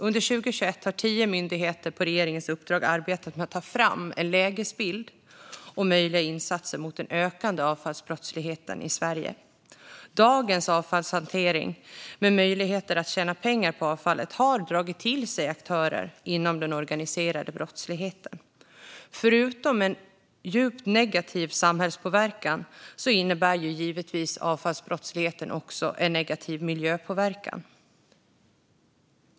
Under 2021 har tio myndigheter på regeringens uppdrag arbetat med att ta fram en lägesbild och möjliga insatser mot den ökande avfallsbrottsligheten i Sverige. Dagens avfallshantering, med möjligheter att tjäna pengar på avfallet, har dragit till sig aktörer inom den organiserade brottsligheten. Förutom en djupt negativ samhällspåverkan innebär givetvis avfallsbrottsligheten en negativ miljöpåverkan.